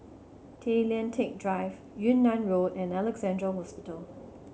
Tay Lian Teck Drive Yunnan Road and Alexandra Hospital